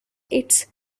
its